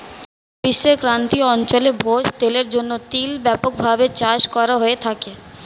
বিশ্বের ক্রান্তীয় অঞ্চলে ভোজ্য তেলের জন্য তিল ব্যাপকভাবে চাষ করা হয়ে থাকে